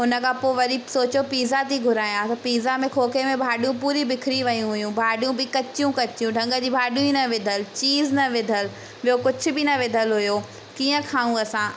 हुनखां पो वरी सोचो पीज़ा थी घुरायां त पीज़ा में खोखे में भाॼियूं पूरी बिखरी वियूं हुयूं भाॼियूं बि कचियूं कचियूं ढंग जी भाॼियूं ई न विधियलु चीज़ न विधियलु ॿियो कुछ बि न विधियलु हुओ कीअं खायूं असां